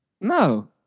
No